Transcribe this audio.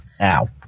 Ow